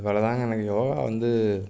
இவ்வளோதாங்க எனக்கு யோகா வந்து